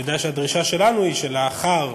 אני יודע שהדרישה שלנו היא שלאחר